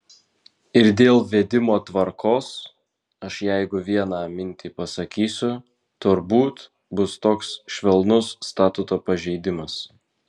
ir dėl vedimo tvarkos aš jeigu vieną mintį pasakysiu turbūt bus toks švelnus statuto pažeidimas